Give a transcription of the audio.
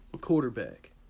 quarterback